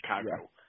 Chicago